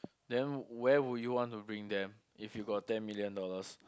then where would you want to bring them if you got ten million dollars